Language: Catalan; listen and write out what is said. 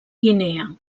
guinea